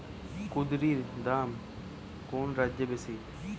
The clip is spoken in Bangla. কুঁদরীর দাম কোন রাজ্যে বেশি?